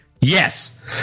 yes